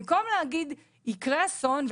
במקום להגיד - יקרה אסון,